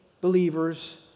believers